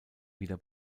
wieder